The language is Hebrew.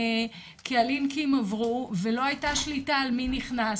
כי הלינקים עברו ולא הייתה שליטה על מי נכנס,